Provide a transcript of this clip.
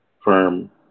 firm